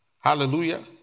hallelujah